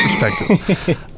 perspective